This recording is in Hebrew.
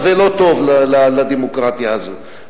זה לא טוב לדמוקרטיה הזאת,